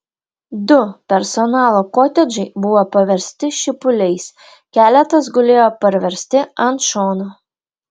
du personalo kotedžai buvo paversti šipuliais keletas gulėjo parversti ant šono